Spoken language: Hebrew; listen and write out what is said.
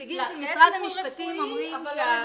שנציגים של משרד המשפטים מביעים